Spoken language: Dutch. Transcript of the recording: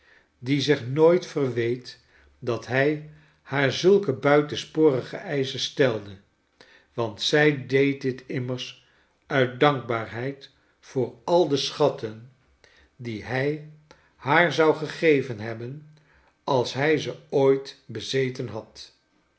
die zich nooit verweet dat hij liaar zulke buitensporige eischen stelde want zij deed dit immers uit dankbaarheid voor al de schatten die hij haar zou gegeven hebben als hij ze ooit bezeten had